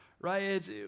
right